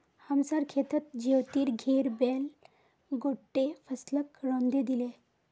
हमसार खेतत ज्योतिर घेर बैल गोट्टे फसलक रौंदे दिले